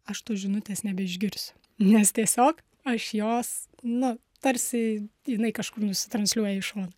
aš tos žinutės nebeišgirsiu nes tiesiog aš jos nu tarsi jinai kažkur nusitransliuoja į šoną